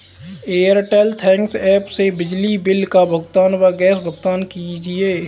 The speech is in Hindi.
एयरटेल थैंक्स एप से बिजली बिल का भुगतान व गैस भुगतान कीजिए